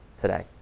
today